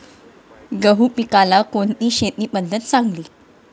गहू पिकाला कोणती शेती पद्धत चांगली?